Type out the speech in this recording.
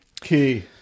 Key